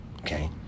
Okay